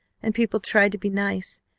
and people tried to be nice,